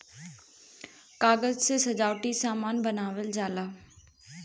कागज से सजावटी सामान बनावल जाला